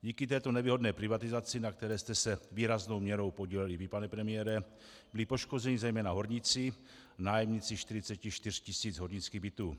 Díky této nevýhodné privatizaci, na které jste se výraznou měrou podílel i vy, pane premiére, byli poškozeni zejména horníci, nájemníci 44 tisíc hornických bytů.